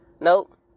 Nope